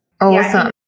Awesome